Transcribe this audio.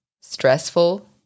stressful